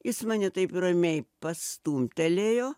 jis mane taip ramiai pastumtelėjo